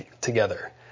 together